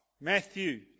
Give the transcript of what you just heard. Matthew